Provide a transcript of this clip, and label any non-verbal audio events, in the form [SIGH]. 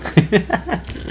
[LAUGHS]